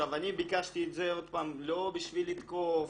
אני ביקשתי את זה לא בשביל לתקוף.